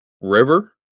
river